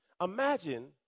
imagine